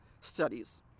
studies